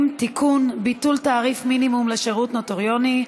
ביטול תעריף מינימום לשירות נוטריוני),